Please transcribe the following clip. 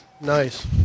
Nice